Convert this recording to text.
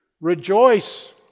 Rejoice